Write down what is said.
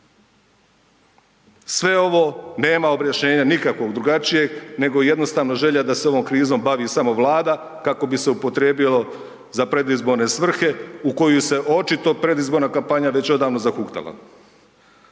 Sve ovo nema objašnjenja nikakvog drugačijeg nego jednostavno želja da se ovom krizom bavi samo Vlada kako bi se upotrijebilo za predizborne svrhe u koju se očito predizborna kampanja već odavno zahuktala.